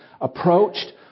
approached